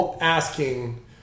asking